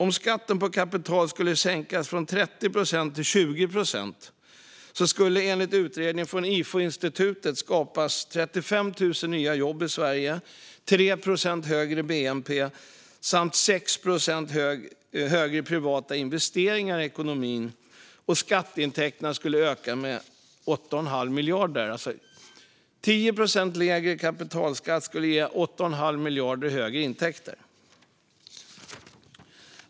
Om skatten på kapital skulle sänkas från 30 procent till 20 procent skulle det enligt utredning från Ifo-institutet skapas 35 000 nya jobb i Sverige. Det skulle bli 3 procent högre bnp samt 6 procent högre privata investeringar i ekonomin. Och skatteintäkterna skulle öka med 8 1⁄2 miljard. 10 procentenheter lägre kapitalskatt skulle alltså ge 8 1⁄2 miljard högre intäkter.